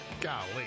Golly